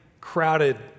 crowded